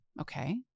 Okay